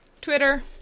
Twitter